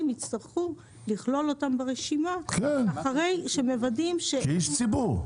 יצטרכו לכלול אותם ברשימה אחרי שמוודאים --- כאיש ציבור.